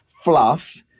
fluff